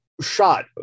shot